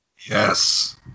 Yes